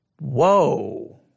Whoa